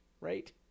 right